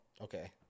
Okay